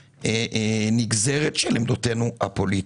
כנגזרת של עמדותינו הפוליטיות.